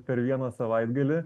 per vieną savaitgalį